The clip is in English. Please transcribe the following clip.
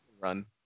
run